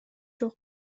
жок